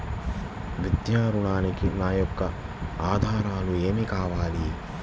విద్యా ఋణంకి నా యొక్క ఆధారాలు ఏమి కావాలి?